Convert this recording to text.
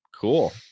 Cool